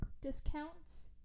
Discounts